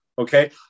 Okay